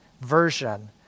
version